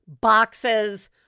boxes